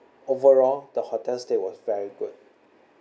overall the hotel stay was very good